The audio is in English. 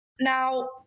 Now